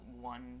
one